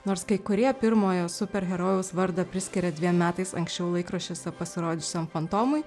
nors kai kurie pirmojo superherojaus vardą priskiria dviem metais anksčiau laikraščiuose pasirodžiusiam fantomui